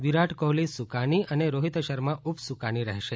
વિરાટ કોહલી સુકાની અને રોહિત શર્મા ઉપ સુકાની રહેશે